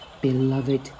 beloved